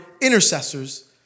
intercessors